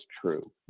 true